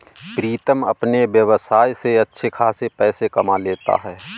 प्रीतम अपने व्यवसाय से अच्छे खासे पैसे कमा लेता है